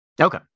Okay